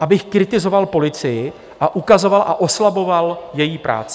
abych kritizoval policii a ukazoval a oslaboval její práci.